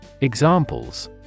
Examples